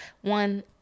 one